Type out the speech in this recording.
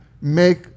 make